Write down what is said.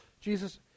Jesus